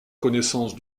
connaissance